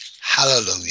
hallelujah